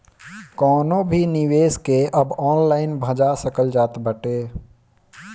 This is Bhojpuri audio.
कवनो भी निवेश के अब ऑनलाइन भजा सकल जात बाटे